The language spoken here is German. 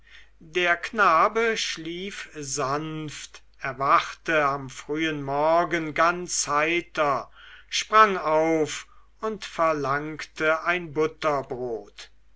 der knabe schlief sanft erwachte am frühen morgen ganz heiter sprang auf und verlangte ein butterbrot